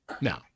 Now